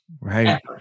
Right